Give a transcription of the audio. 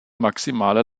maximale